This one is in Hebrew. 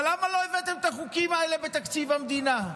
אבל למה לא הבאתם את החוקים האלה בתקציב המדינה?